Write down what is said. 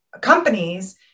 companies